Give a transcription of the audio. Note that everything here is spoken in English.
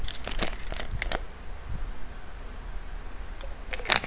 okay